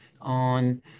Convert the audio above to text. on